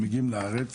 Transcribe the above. הם מגיעים לארץ,